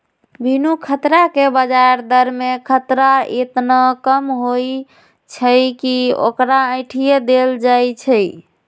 बिनु खतरा के ब्याज दर में खतरा एतना कम होइ छइ कि ओकरा अंठिय देल जाइ छइ